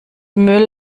müll